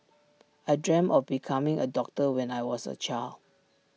I dreamt of becoming A doctor when I was A child